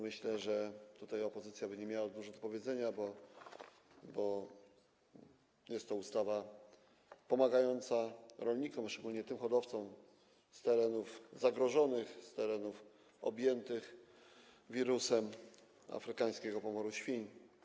Myślę, że tutaj opozycja nie miałaby dużo do powiedzenia, bo jest to ustawa pomagająca rolnikom, szczególnie tym hodowcom z terenów zagrożonych, z terenów objętych wirusem afrykańskiego pomoru świń.